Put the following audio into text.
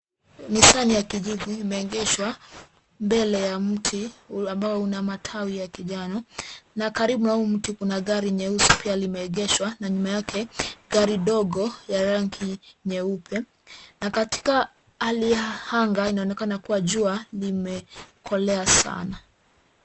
Nisani ya kijivu imeegeshwa mbele ya mti ambao una matawi ya kijani na karibu na huu mti kuna gari nyeusi pia limeegeshwa na nyuma yake gari dogo ya rangi nyeupe na katika hali ya anga inaonekana kuwa jua limekolea sana.